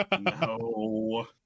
No